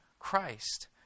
christ